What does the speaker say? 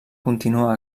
continua